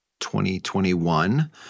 2021